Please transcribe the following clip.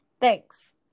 Thanks